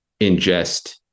ingest